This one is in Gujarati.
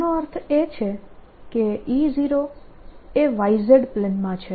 આનો અર્થ એ છે કે E0 એ YZ પ્લેનમાં છે